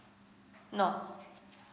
no